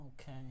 Okay